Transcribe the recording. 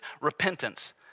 repentance